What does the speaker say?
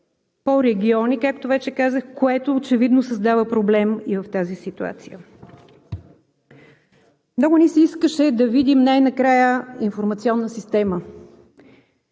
вече казах, което очевидно създава проблем и в тази ситуация. Много ни се искаше да видим най-накрая информационна система,